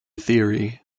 theory